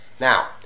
Now